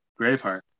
Graveheart